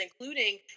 including